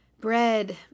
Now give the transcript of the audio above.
bread